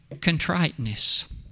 contriteness